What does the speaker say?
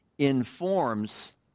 Informs